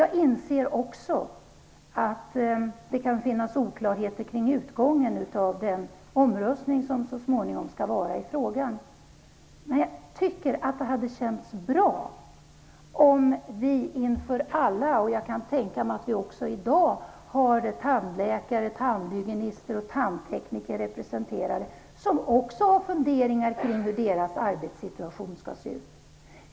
Jag inser också att det kan finnas oklarheter kring utgången av den omröstning som så småningom skall ske i frågan. Jag kan tänka mig att det i dag finns tandläkare, tandhygienister och tandtekniker som också har funderingar kring hur deras arbetssituation kommer att se ut.